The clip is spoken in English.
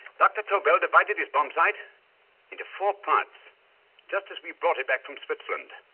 dr. tobel divided his bomb sight into four parts just as we brought it back from switzerland.